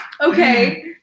Okay